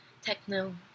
techno